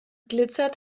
glitzert